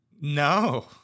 No